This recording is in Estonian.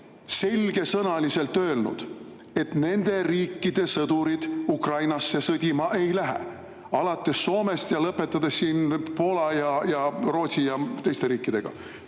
selgesõnaliselt öelnud, et nende riikide sõdurid Ukrainasse sõdima ei lähe, alates Soomest ja lõpetades Poola ja Rootsi ja teiste riikidega.